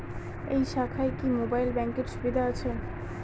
এই শাখায় কি মোবাইল ব্যাঙ্কের সুবিধা আছে?